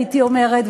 הייתי אומרת,